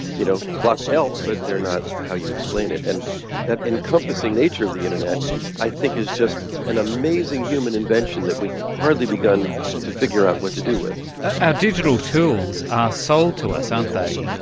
you know, clocks help, but they're not how you explain it. and that encompassing nature of the internet i think is just an amazing human invention that we have hardly begun to figure out what to do with. our digital tools are sold to us, aren't they,